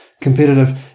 competitive